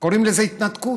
קוראים לזה התנתקות.